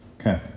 Okay